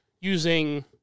using